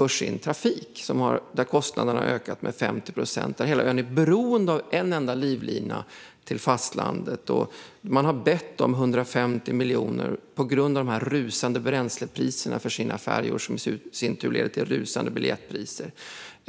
om sin trafik, där kostnaderna har ökat med 50 procent? Hela ön är beroende av en enda livlina till fastlandet. Man har bett om 150 miljoner på grund av de rusande bränslepriserna för färjorna, vilka i sin tur leder till rusande biljettpriser.